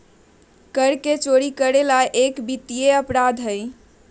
कर के चोरी करे ला एक वित्तीय अपराध हई